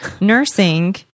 nursing